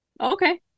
Okay